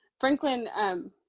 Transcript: Franklin